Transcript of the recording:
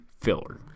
filler